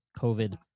COVID